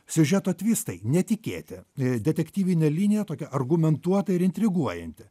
siužeto tvistai netikėti detektyvinė linija tokia argumentuota ir intriguojanti